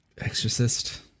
Exorcist